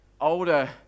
older